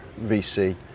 VC